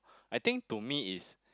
I think to me is